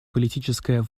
политическая